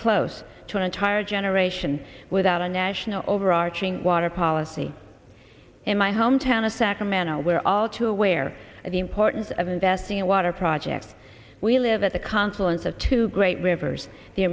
close to an entire generation without a national overarching water policy in my home town of sacramento where all too aware of the importance of investing in water projects we live at the confluence of two great rivers the